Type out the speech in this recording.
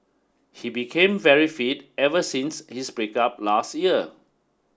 he became very fit ever since his break up last year